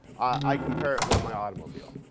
i compare it with my automobile.